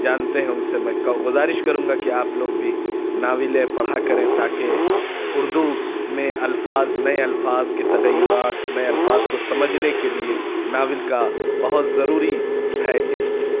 جانتے ہیں ان سے میں گزارش کروں گا کہ آپ لوگ بھی ناولیں پڑھا کریں تاکہ اردو میں الفاظ نئے الفاظ کے تغیرات نئے الفاظ کو سمجھنے کے لیے ناول کا بہت ضروری ہے اس